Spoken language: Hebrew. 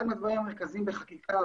כדי לעשות חקיקה,